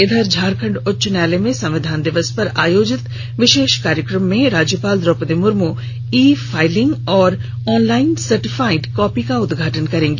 इधर झारखंड उच्च न्यायालय में संविधान दिवस पर आयोजित विशेष कार्यक्रम में राज्यपाल द्रौपदी मुर्मू ई फाइलिंग और ऑनलाइन सर्टिफाइड कॉपी का उद्घाटन करेंगी